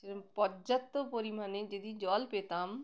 সেরকম পর্যাপ্ত পরিমাণে যদি জল পেতাম